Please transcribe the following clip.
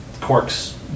corks